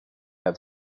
have